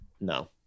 No